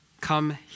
come